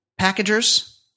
packagers